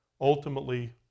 Ultimately